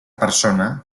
persona